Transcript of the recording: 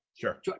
Sure